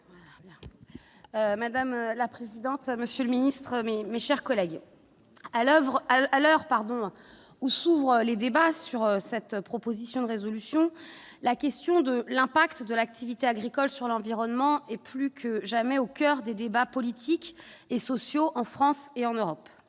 Madame la présidente, monsieur le ministre, mais mes chers collègues, à l'oeuvre à l'heure, pardon, où s'ouvrent les débats sur cette proposition de résolution, la question de l'impact de l'activité agricole sur l'environnement et plus que jamais au coeur des débats politiques et sociaux en France et en Europe,